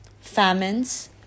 Famines